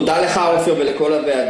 תודה לך, עפר, ותודה לכל הוועדה.